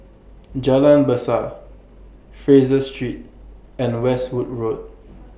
Jalan Besar Fraser Street and Westwood Road